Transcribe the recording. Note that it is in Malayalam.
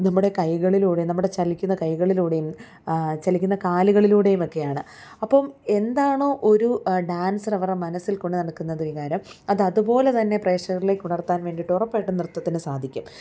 നമ്മുടെ കൈകളിലൂടെയും നമ്മുടെ ചലിക്കുന്ന കൈകളിലൂടെയും ചലിക്കുന്ന കാലുകളിലൂടെയും ഒക്കെയാണ് അപ്പം എന്താണോ ഒരു ഡാൻസർ അവരുടെ മനസ്സിൽ കൊണ്ട് നടക്കുന്നത് വികാരം അത് അതുപോലെ തന്നെ പ്രേക്ഷകരിലേക്ക് ഉണർത്താൻ വേണ്ടിയിട്ട് ഉറപ്പായിട്ടും നൃത്തത്തിന് സാധിക്കും